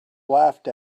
laughed